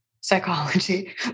psychology